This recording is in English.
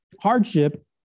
hardship